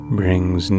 brings